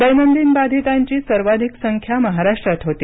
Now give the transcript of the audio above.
दैनंदिन बाधितांची सर्वाधिक संख्या महाराष्ट्रात होती